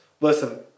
listen